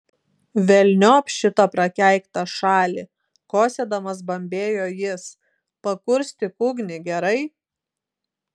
velniop šitą prakeiktą šalį kosėdamas bambėjo jis pakurstyk ugnį gerai